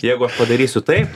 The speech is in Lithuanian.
jeigu aš padarysiu taip